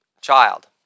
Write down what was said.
child